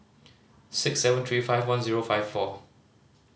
six seven three five one zero five four